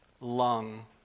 lung